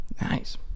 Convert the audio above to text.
Nice